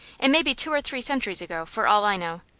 it may be two or three centuries ago, for all i know.